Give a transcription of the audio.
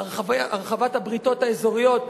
בהרחבת הבריתות האזוריות,